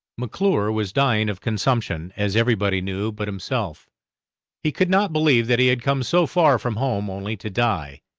mcclure was dying of consumption as everybody knew but himself he could not believe that he had come so far from home only to die,